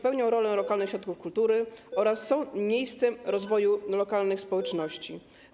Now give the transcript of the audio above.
Pełnią rolę lokalnych ośrodków kultury oraz są miejscem rozwoju lokalnych społeczności.